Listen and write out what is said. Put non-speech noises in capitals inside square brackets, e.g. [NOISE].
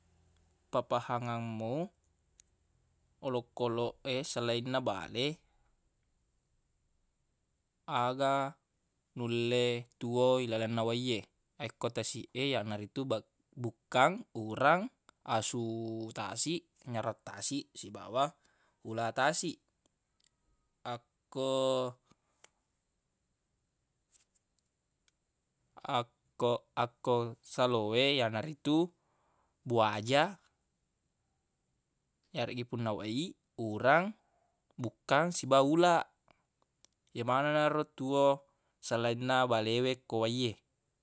Pappahangangemmu olokoloq e silainna bale aga nulle tuwo ilalenna wai e akko tasiq e yanaritu bek- bukkang urang asu tasiq nyarang tasiq sibawa ula tasiq akko [NOISE] akko akko salo we yanaritu buaja [NOISE] yareggi funna wai urang bukkang siba ulaq ye maneng naro tuwo silainna bale we ko wai e.